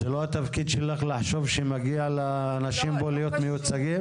זה לא התפקיד שלך לחשוב שמגיע לאנשים פה להיות מיוצגים?